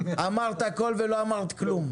אמרת הכול ולא אמרת כלום.